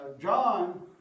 John